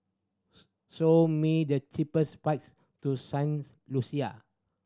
show me the cheapest flights to Saint Lucia